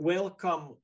Welcome